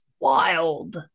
wild